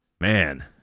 Man